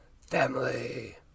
family